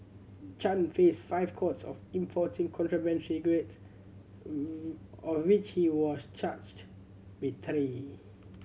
Chen faced five counts of importing contraband cigarettes of which he was charged with three